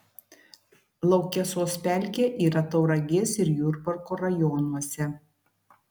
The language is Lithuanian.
laukesos pelkė yra tauragės ir jurbarko rajonuose